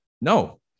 No